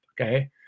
okay